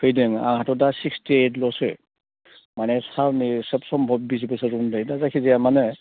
फैदों आंहाथ' दा सिक्टि एइटल'सो माने सारनि सब सम्भब बिस बसर दं दा जायखिजाया मानो